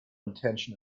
intention